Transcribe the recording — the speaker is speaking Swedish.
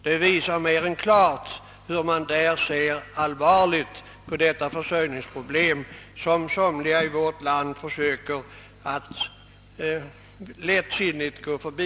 Detta uttalande visar också hur allvarligt man där ser på detta försörjningsproblem, men som man i vårt land försöker att lättsinnigt gå förbi.